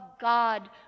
God